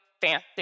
fancy